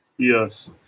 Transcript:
Yes